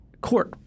court